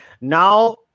Now